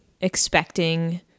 expecting